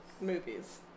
movies